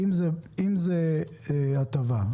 אם זאת הטבה,